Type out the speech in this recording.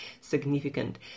significant